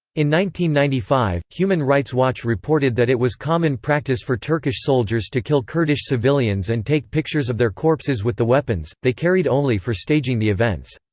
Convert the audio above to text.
ninety ninety five, human rights watch reported that it was common practice for turkish soldiers to kill kurdish civilians and take pictures of their corpses with the weapons, they carried only for staging the events.